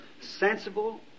sensible